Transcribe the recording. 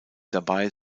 dabei